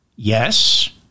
Yes